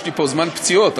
יש לי זמן פציעות,